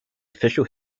official